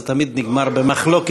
אז זה תמיד נגמר במחלוקת?